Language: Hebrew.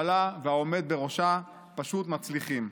שהממשלה והעומד בראשה פשוט מצליחים.